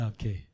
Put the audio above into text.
Okay